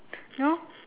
no